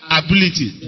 ability